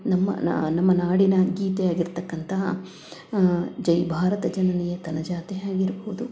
ನಮ್ಮ ನಮ್ಮ ನಾಡಿನ ಗೀತೆ ಆಗಿರತಕ್ಕಂತಹ ಜೈ ಭಾರತ ಜನನಿಯ ತನುಜಾತೆ ಆಗಿರ್ಬೋದು